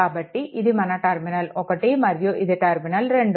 కాబట్టి ఇది మన టర్మినల్ 1 మరియు ఇది టర్మినల్ 2